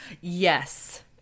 Yes